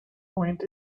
point